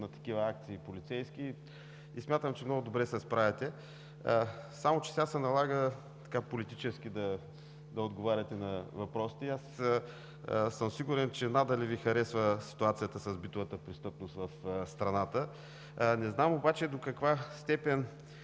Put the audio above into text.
на полицейски акции и смятам, че много добре се справяте, но сега се налага политически да отговаряте на въпросите. Сигурен съм, че надали Ви харесва ситуацията с битовата престъпност в страната, не знам обаче до каква степен